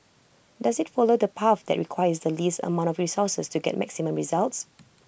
does IT follow the path that requires the least amount of resources to get maximum results